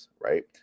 right